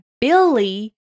Billy